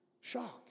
Shock